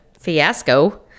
fiasco